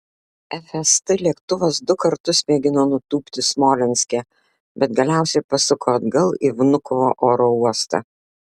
fst lėktuvas du kartus mėgino nutūpti smolenske bet galiausiai pasuko atgal į vnukovo oro uostą